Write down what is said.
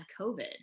COVID